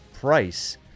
price